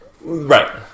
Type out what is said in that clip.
Right